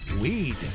weed